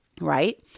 Right